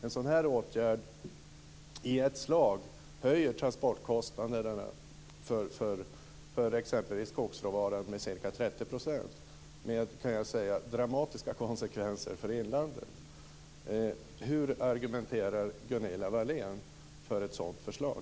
En sådan åtgärd höjer i ett slag transportkostnaderna för exempelvis skogsråvaran med ca 30 % med, kan jag säga, dramatiska konsekvenser för inlandet. Hur argumenterar Gunilla Wahlén för ett sådant förslag?